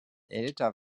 älter